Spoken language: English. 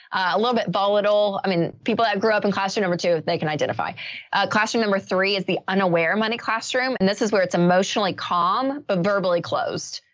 a little bit volatile. i mean, people that grew up in classroom, number two, they can identify. a classroom. number three is the unaware money classroom. and this is where it's emotionally calm, but verbally closed.